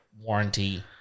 warranty